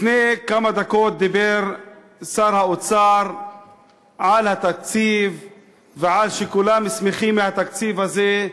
לפני כמה דקות דיבר שר האוצר על התקציב ועל שכולם שמחים מהתקציב הזה.